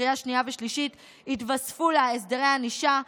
לקריאה שנייה ושלישית יתווספו לה הסדרי ענישה,